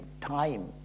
time